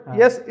yes